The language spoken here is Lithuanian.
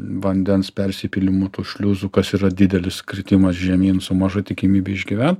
vandens persipylimų tų šliuzų kas yra didelis kritimas žemyn su maža tikimybe išgyvent